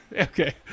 Okay